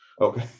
Okay